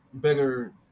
bigger